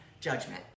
judgment